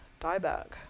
dieback